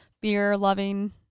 beer-loving